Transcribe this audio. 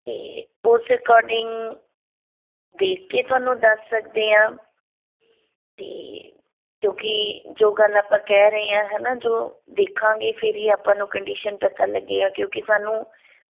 ਅਤੇ ਉਸ ਅਕੋਡਿੰਗ ਦੇਖ ਕੇ ਤੁਹਾਨੂੰ ਦੱਸ ਸਕਦੇ ਹਾਂ ਅਤੇ ਕਿਉਂਕਿ ਜੋ ਗੱਲ ਆਪਾਂ ਕਹਿ ਰਹੇ ਹਾਂ ਹੈ ਨਾ ਜੋ ਦੇਖਾਂਗੇ ਫਿਰ ਹੀ ਆਪਾਂ ਨੂੰ ਕੰਡੀਸ਼ਨ ਪਤਾ ਲੱਗੇਗਾ ਕਿਉਂਕਿ ਸਾਨੂੰ